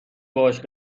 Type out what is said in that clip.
باهاش